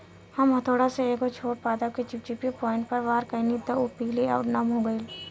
हम हथौड़ा से एगो छोट पादप के चिपचिपी पॉइंट पर वार कैनी त उ पीले आउर नम हो गईल